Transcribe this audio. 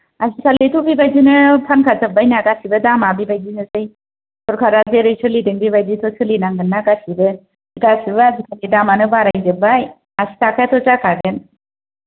आजिखालिथ' बेबायदिनो फानखाजोब्बाय ना गासिबो दामा बेबायदिनोसै सरकारा जेरै सोलिदों बेबादिसो सोलिनांगोन्ना गासिबो गासिबो आजिखालि दामानो बाराय जोबाय आसिथाखायाथ' जाखागोन